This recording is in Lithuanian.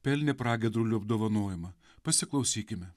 pelnė pragiedrulių apdovanojimą pasiklausykime